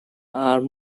are